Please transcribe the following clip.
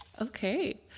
Okay